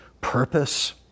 purpose